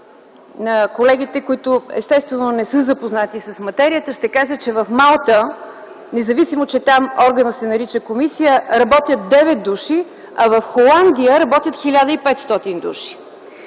на колегите, които естествено не са запознати с материята, ще кажа, че в Малта, независимо че там органът се нарича комисия, работят 9 души, а в Холандия – 1500 души.